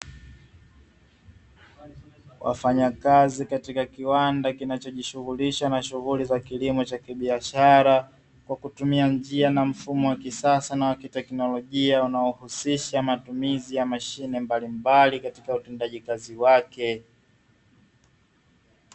Wafanyakazi katika kiwanda kinachojihusisha na mfumo wa kisasa katika utendaji kazi na ufanikishaji wake wa kazi